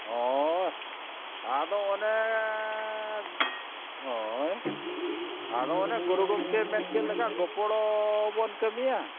ᱦᱚᱭ ᱟᱫᱚ ᱚᱱᱮᱻ ᱦᱳᱭ ᱟᱫᱚ ᱚᱱᱮ ᱜᱩᱨᱩ ᱜᱚᱝᱠᱮᱭ ᱢᱮᱱᱠᱮᱫᱞᱮᱠᱟ ᱜᱚᱯᱚᱲᱚᱵᱚᱱ ᱠᱟᱹᱢᱤᱭᱟ